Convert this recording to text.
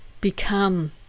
become